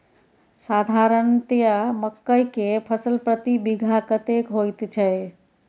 साधारणतया मकई के फसल प्रति बीघा कतेक होयत छै?